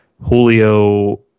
Julio